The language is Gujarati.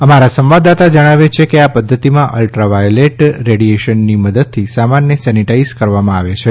અમારા સંવાદદાતા જણાવે છે કે આ પદ્ધતિમાં અલ્ટ્રવાયોલેટ રેડીએશનની મદદથી સામાનને સેનીટાઇઝ કરવામાં આવે છે